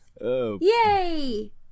Yay